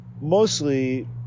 Mostly